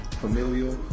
familial